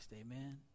Amen